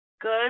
Good